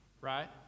Right